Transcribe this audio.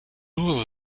nor